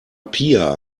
pia